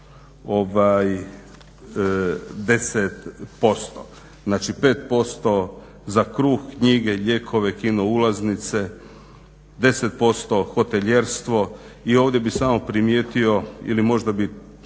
5% za kruh, knjige, lijekove, kino ulaznice, 10% hotelijerstvo. I ovdje bih samo primijetio ili možda bih